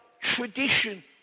tradition